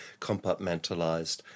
compartmentalized